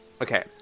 okay